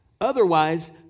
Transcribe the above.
Otherwise